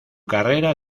carrera